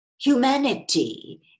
Humanity